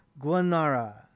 Guanara